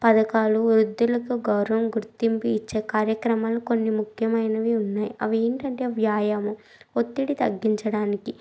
పథకాలు వృద్దులకు గౌరవం గుర్తింపు ఇచ్చే కార్యక్రమాలు కొన్ని ముఖ్యమైనవి ఉన్నాయి అవి ఏంటంటే వ్యాయామం ఒత్తిడి తగ్గించడానికి